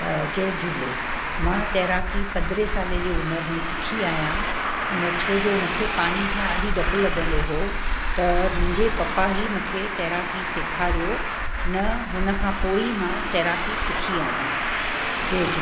अ जय झूले मां तैराकी पंद्रहें साले जी उमिरि में सिखी आहियां न छोजो मूंखे पाणी खां ॾाढी ॾपु लॻंदो हो त मुंहिंजे पप्पा ई मूंखे तैराकी सेखारियो न उनखां पोई मां तैराकी सिखी आहियां जय झूले